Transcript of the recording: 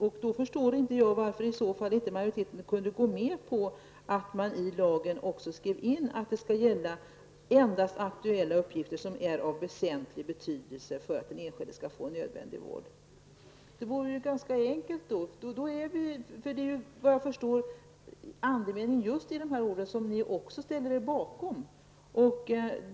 I så fall förstår jag inte varför majoriteten inte kunde gå med på att man i lagen skriver in att det skall gälla endast aktuella uppgifter som är av väsentlig betydelse för att den enskilde skall få nödvändig vård. Andemeningen i just de orden ställer ni er ju då också bakom enligt vad jag förstår.